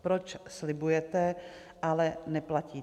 Proč slibujete, ale neplatíte?